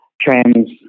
trans